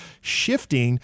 shifting